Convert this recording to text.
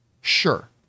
Sure